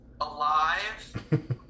alive